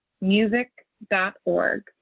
music.org